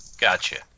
Gotcha